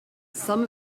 some